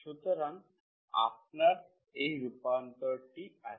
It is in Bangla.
সুতরাং আপনার এই রূপান্তর টি আছে